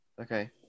Okay